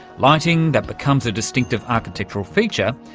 lighting that becomes a distinctive architectural feature,